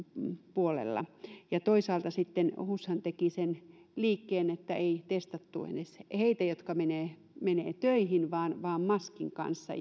puolella ja toisaalta sitten hushan teki sen liikkeen että ei testattu edes heitä jotka menevät töihin vain maskin kanssa